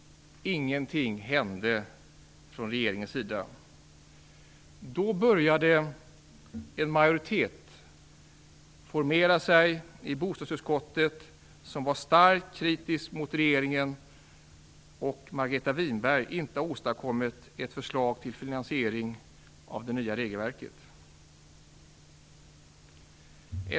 Ingenting hände från regeringens sida. I bostadsutskottet började då en majoritet formera sig som var starkt kritisk mot regeringen och mot att Margareta Winberg inte åstadkommit ett förslag till finansiering av det nya regelverket.